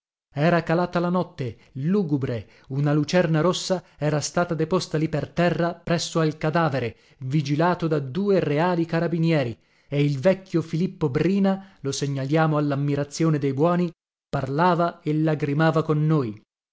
era calata la notte lugubre una lucerna rossa era stata deposta lì per terra presso al cadavere vigilato da due reali carabinieri e il vecchio filippo brina lo segnaliamo allammirazione dei buoni parlava e lagrimava con noi